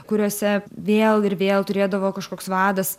kuriuose vėl ir vėl turėdavo kažkoks vadas